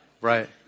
Right